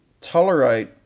tolerate